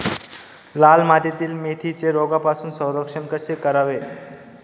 लाल मातीतील मेथीचे रोगापासून संरक्षण कसे करावे?